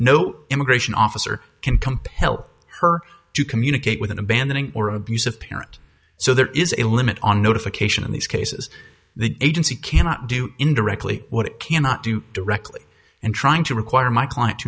no immigration officer can compel her to communicate with an abandoning or abusive parent so there is a limit on notification in these cases the agency cannot do indirectly what it cannot do directly and trying to require my client